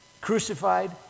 crucified